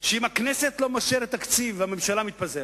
שאם הכנסת לא מאשרת תקציב הממשלה מתפזרת,